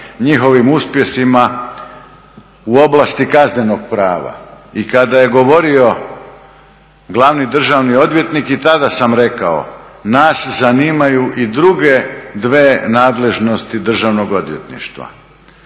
njihovim uspjesima u oblasti kaznenog prava. I kada je govorio glavni državni odvjetnik i tada sam rekao, nas zanimaju i druge dvije nadležnosti Državnog odvjetništva: